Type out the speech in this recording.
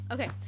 Okay